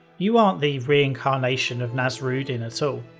you aren't the reincarnation of nasrudin at so